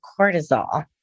cortisol